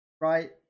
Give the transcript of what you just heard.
right